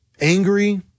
angry